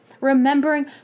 remembering